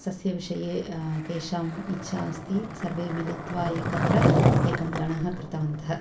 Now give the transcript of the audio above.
सस्यविषये केषाम् इच्छा अस्ति सर्वे मिलित्वा एकत्र एकं गणः कृतवन्तः